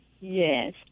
Yes